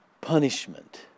punishment